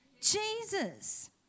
Jesus